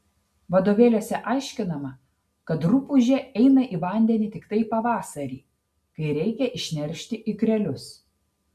vadovėliuose aiškinama kad rupūžė eina į vandenį tiktai pavasarį kai reikia išneršti ikrelius